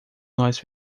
nós